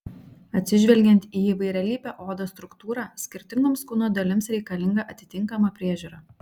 atsižvelgiant į įvairialypę odos struktūrą skirtingoms kūno dalims reikalinga atitinkama priežiūra